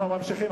ממשיכים.